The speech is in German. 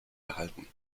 erhalten